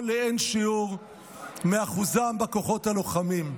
לאין-שיעור מאחוזם בכוחות הלוחמים.